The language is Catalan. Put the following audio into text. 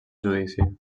judici